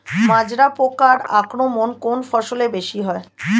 মাজরা পোকার আক্রমণ কোন ফসলে বেশি হয়?